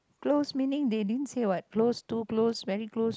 close meaning they didn't say what close two close very close